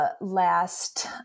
last